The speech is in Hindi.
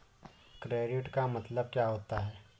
क्रेडिट का मतलब क्या होता है?